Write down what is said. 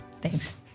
Thanks